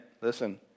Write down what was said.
listen